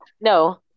No